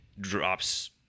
drops